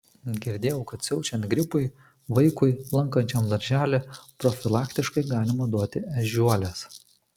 girdėjau kad siaučiant gripui vaikui lankančiam darželį profilaktiškai galima duoti ežiuolės